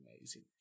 amazing